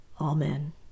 Amen